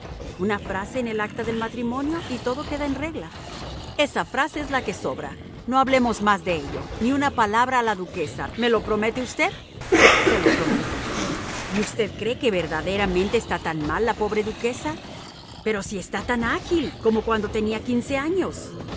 una frase en el acta de matrimonio y todo queda en regla esa frase es la que sobra no hablemos más de ello ni una palabra a la duquesa me lo promete usted se lo prometo y usted cree que verdaderamente está tan mal la pobre duquesa pero si está tan ágil como cuando tenía quince años